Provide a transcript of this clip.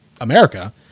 America